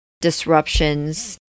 disruptions